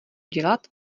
dělat